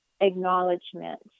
acknowledgement